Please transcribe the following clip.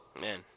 Man